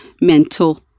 mental